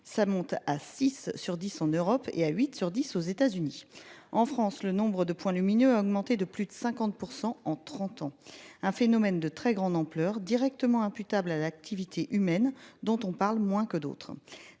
Ça monte à 6 sur 10 en Europe et à 8 sur 10 aux États-Unis, en France, le nombre de points lumineux a augmenté de plus de 50% en 30 ans un phénomène de très grande ampleur directement imputables à l'activité humaine dont on parle moins que d'autres.